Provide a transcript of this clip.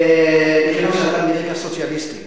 מכיוון שאתה מרקע סוציאליסטי,